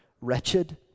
wretched